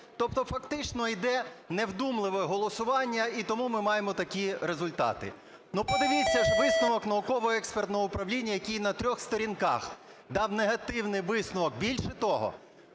Тобто фактично йде невдумливе голосування, і тому ми маємо такі результати. Подивіться висновок Науково-експертного управління, який на трьох сторінках дав негативний висновок. Більше того,